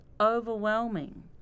overwhelming